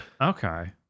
Okay